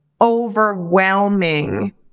overwhelming